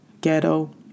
ghetto